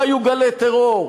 והיו גלי טרור,